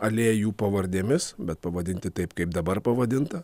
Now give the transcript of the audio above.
alėjų pavardėmis bet pavadinti taip kaip dabar pavadinta